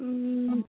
ও